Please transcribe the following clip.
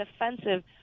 offensive